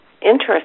interesting